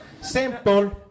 Simple